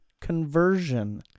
conversion